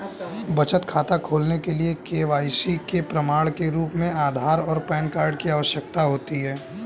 बचत खाता खोलने के लिए के.वाई.सी के प्रमाण के रूप में आधार और पैन कार्ड की आवश्यकता होती है